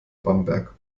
bamberg